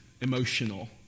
emotional